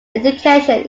education